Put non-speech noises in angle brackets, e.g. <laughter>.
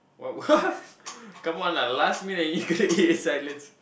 what <laughs> come on lah last meal already you gonna eat in silence